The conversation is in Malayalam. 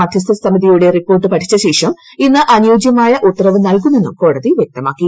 മദ്ധ്യസ്ഥ സമിതിയുടെ റിപ്പോർട്ട് പഠിച്ചശേഷം ഇന്ന് അനുയോജ്യമായ ഉത്തരവ് നൽകുമെന്നും കോടതി വ്യക്തമാക്കി